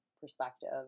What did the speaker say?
perspective